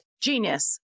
genius